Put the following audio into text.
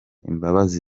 imbabazi